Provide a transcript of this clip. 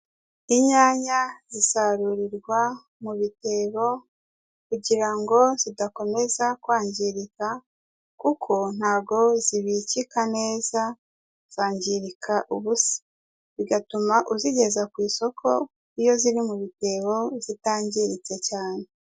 Inyanya zisarurirwa mu bitebo kugira ngo zidakomeza kwangirika, kuko ntago zibikika neza zangirika ubusa, bigatuma uzigeza ku isoko iyo ziri mu bitebo zitangiritse cyane.